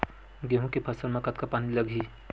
गेहूं के फसल म कतका पानी लगही?